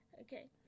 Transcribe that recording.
Okay